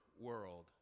world